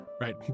right